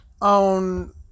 on